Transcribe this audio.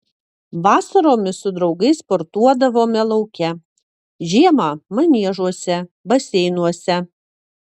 vasaromis su draugais sportuodavome lauke žiemą maniežuose baseinuose